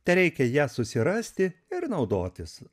tereikia ją susirasti ir naudotis